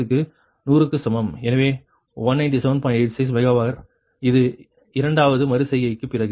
86 mega வர் இது இரண்டாவது மறு செய்கைக்குப் பிறகு